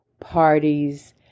parties